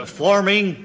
forming